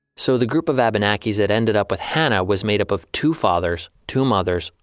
so the group of abenakis that ended up with hannah was made up of two fathers, two mothers,